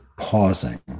pausing